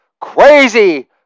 crazy